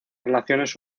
relaciones